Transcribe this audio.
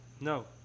No